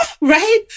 right